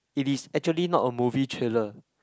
it is actually not a movie trailer